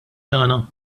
tagħna